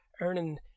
earning